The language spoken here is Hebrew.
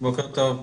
בוקר טוב.